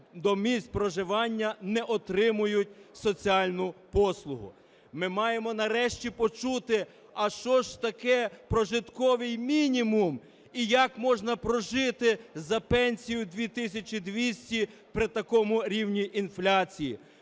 до місць проживання, не отримують соціальну послугу. Ми маємо нарешті почути, а що ж таке прожитковий мінімум і як можна прожити за пенсію 2 тисячі 200 при такому рівні інфляції.